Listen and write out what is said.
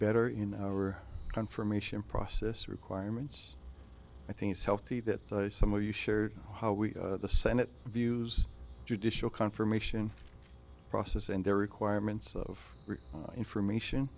better in our confirmation process requirements i think it's healthy that some of you share the senate views judicial confirmation process and their requirements of information